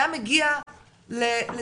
זה היה מגיע לצח